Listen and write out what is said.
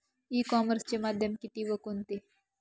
E कॉमर्सचे माध्यम किती व कोणते?